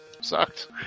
sucked